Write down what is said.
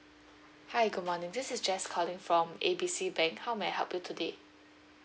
hi good morning this is jess calling from A B C bank how may I help you today